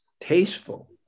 tasteful